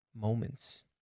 moments